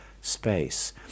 space